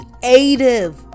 creative